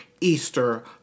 Easter